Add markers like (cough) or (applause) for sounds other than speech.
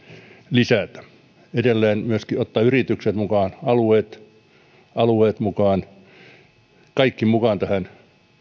lisätä edelleen myöskin ottaa yritykset mukaan alueet alueet mukaan (unintelligible) kaikki mukaan tähän